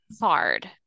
hard